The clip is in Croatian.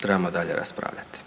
trebamo dalje raspravljati.